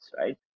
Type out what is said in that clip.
right